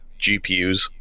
gpus